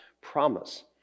promise